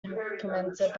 implemented